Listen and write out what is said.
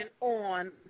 on